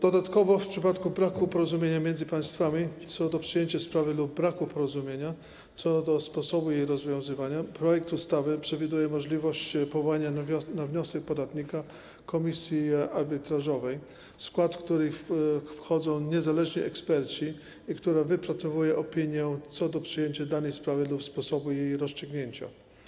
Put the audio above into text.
Dodatkowo, w przypadku braku porozumienia między państwami co do przyjęcia sprawy lub braku porozumienia co do sposobu jej rozwiązywania, projekt ustawy przewiduje możliwość powołania na wniosek podatnika komisji arbitrażowej, w której skład wchodzą niezależni eksperci i która wypracowuje opinię co do przyjęcia danej sprawy lub sposobu jej rozstrzygnięcia.